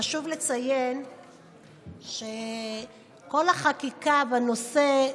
חשוב לציין שכל החקיקה בנושא,